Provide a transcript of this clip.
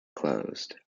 closed